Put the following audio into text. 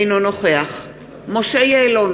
אינו נוכח משה יעלון,